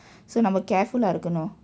so நம்ம:namma careful ah இருக்குனும்:irukkunum